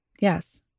Yes